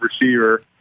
receiver